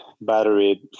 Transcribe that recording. battery